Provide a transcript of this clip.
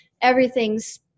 everything's